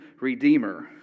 redeemer